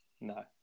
No